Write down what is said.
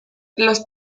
las